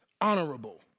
honorable